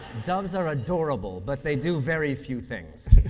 doves are adorable, but they do very few things.